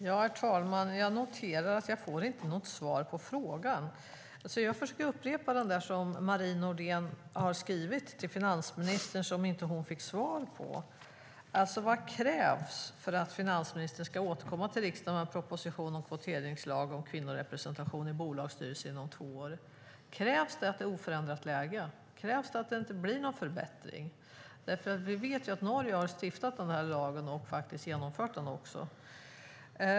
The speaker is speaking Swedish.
Herr talman! Jag noterar att jag inte får något svar på frågan. Jag får försöka upprepa den som Marie Nordén har skrivit till finansministern men som hon inte fick svar på, alltså: Vad krävs för att finansministern ska återkomma till riksdagen med en proposition om en kvoteringslag om kvinnorepresentation i bolagsstyrelser inom två år? Krävs det att det är ett oförändrat läge? Krävs det att det inte blir någon förbättring? Vi vet att Norge har stiftat en sådan lag och faktiskt har genomfört den.